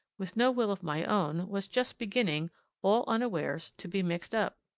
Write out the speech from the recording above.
with no will of my own, was just beginning all unawares to be mixed up.